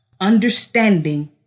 understanding